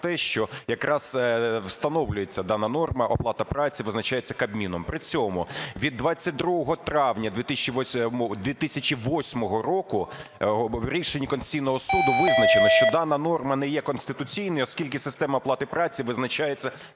що якраз встановлюється дана норма, оплата праці визначається Кабміном. При цьому від 22 травня 2008 року в рішенні Конституційного Суду визначено, що дана норма не є конституційною, оскільки система оплати праці визначається